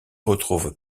retrouve